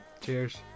Cheers